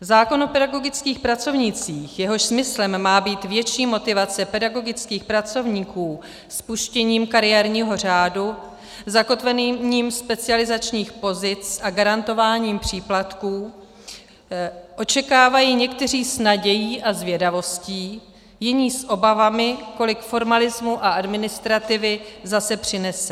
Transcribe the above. Zákon o pedagogických pracovnících, jehož smyslem má být větší motivace pedagogických pracovníků, spuštěním kariérního řádu, zakotvením specializačních pozic a garantováním příplatků očekávají někteří s nadějí a zvědavostí, jiní s obavami, kolik formalismu a administrativy zase přinese.